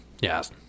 yes